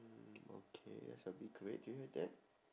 mm okay that's a bit great to hear that